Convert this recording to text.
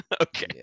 Okay